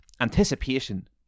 anticipation